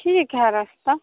ठीक है रस्ता